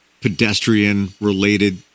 pedestrian-related